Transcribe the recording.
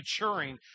maturing